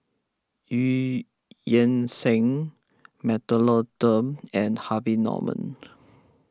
Eu Yan Sang Mentholatum and Harvey Norman